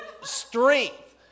strength